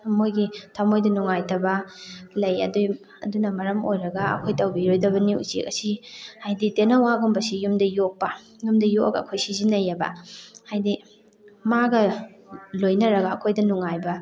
ꯃꯣꯏꯒꯤ ꯊꯃꯣꯏꯗ ꯅꯨꯡꯉꯥꯏꯇꯕ ꯂꯩ ꯑꯗꯨꯏ ꯑꯗꯨꯅ ꯃꯔꯝ ꯑꯣꯏꯔꯒ ꯑꯩꯈꯣꯏ ꯇꯧꯕꯤꯔꯣꯏꯗꯕꯅꯤ ꯎꯆꯦꯛ ꯑꯁꯤ ꯍꯥꯏꯗꯤ ꯇꯦꯅꯋꯥꯒꯨꯝꯕꯁꯤ ꯌꯨꯝꯗ ꯌꯣꯛꯄ ꯌꯨꯝꯗ ꯌꯣꯛꯑꯒ ꯑꯩꯈꯣꯏ ꯁꯤꯖꯤꯟꯅꯩꯌꯦꯕ ꯍꯥꯏꯗꯤ ꯃꯥꯒ ꯂꯣꯏꯅꯔꯒ ꯑꯩꯈꯣꯏꯗ ꯅꯨꯡꯉꯥꯏꯕ